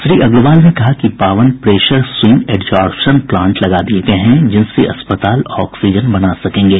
श्री अग्रवाल ने कहा कि बावन प्रेशर स्विंग एडसोर्पशन प्लांट लगा दिए गए हैं जिनसे अस्पताल ऑक्सीजन बना सकेंगे